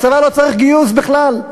הצבא לא צריך גיוס בכלל.